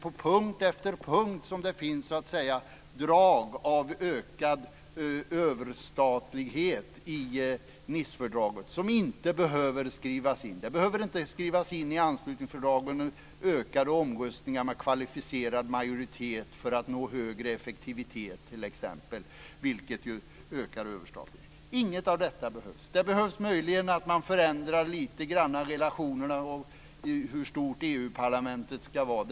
På punkt efter punkt finns det drag av ökad överstatlighet i Nicefördraget som inte behöver skrivas in. Det behöver inte skrivas in i anslutningsfördraget t.ex. att det ska ske fler omröstningar med kvalificerad majoritet för att man ska nå högre effektivitet, vilket ju ökar överstatligheten. Inget av detta behövs. Möjligen behövs att man förändrar lite grann när det gäller relationerna och hur stort EU-parlamentet ska vara.